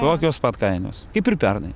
tokios pat kainos kaip ir pernai